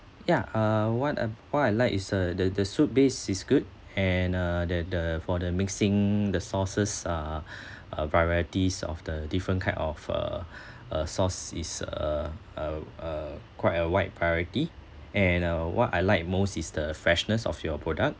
ya uh what uh what I like is uh the the soup base is good and uh the the for the mixing the sauces are uh varieties of the different kind of uh uh sauce is uh uh uh quite a wide variety and uh what I like most is the freshness of your product